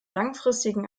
langfristigen